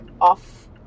off